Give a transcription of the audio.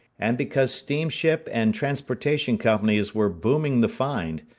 and because steamship and transportation companies were booming the find,